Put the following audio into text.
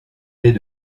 pied